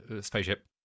spaceship